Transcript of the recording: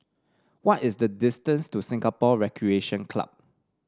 what is the distance to Singapore Recreation Club